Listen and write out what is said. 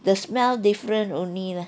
the smell different only lah